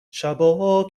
شبا